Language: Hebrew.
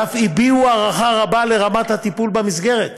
ואף הביעו הערכה רבה לרמת הטיפול במסגרת.